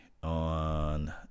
on